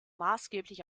maßgeblich